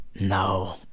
No